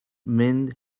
mynd